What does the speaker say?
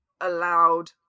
allowed